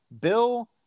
Bill